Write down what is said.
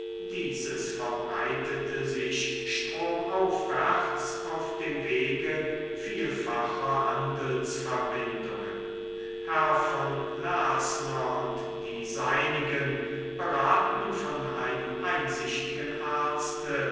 dieses verbreitete sich stromaufwärts auf dem wege vielfacher handelsverbindungen herr von lersner und die seinigen beraten von einem einsichtigen arzte